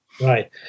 Right